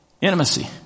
intimacy